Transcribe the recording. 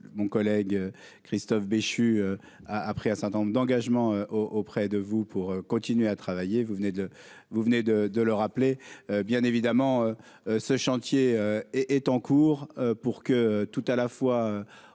mon collègue Christophe Béchu a un certain nombre d'engagements auprès de vous pour continuer à travailler, vous venez de le. Vous venez de de le rappeler, bien évidemment, ce chantier est est en cours pour que tout à la fois